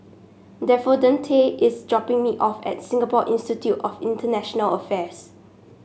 is dropping me off at Singapore Institute of International Affairs